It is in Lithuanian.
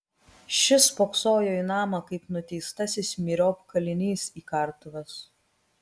šis spoksojo į namą kaip nuteistasis myriop kalinys į kartuves